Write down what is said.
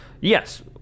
yes